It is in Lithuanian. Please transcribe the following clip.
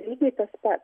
lygiai tas pats